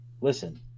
Listen